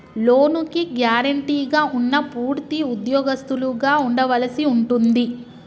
లోనుకి గ్యారెంటీగా ఉన్నా పూర్తి ఉద్యోగస్తులుగా ఉండవలసి ఉంటుంది